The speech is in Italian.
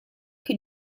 che